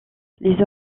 les